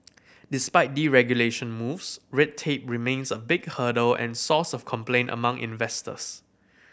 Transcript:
despite deregulation moves red tape remains a big hurdle and source of complaint among investors